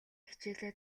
хичээлээ